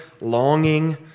longing